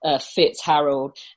Fitz-Harold